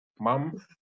mom